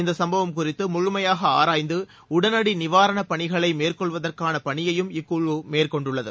இந்த சம்பவம் குறித்து முழுமையாக ஆராய்ந்து உடனடி நிவாரணப் பணிகளை மேற்கொள்வதற்கான பணியையும் இக்குழு மேற்கொண்டுள்ளது